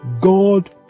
God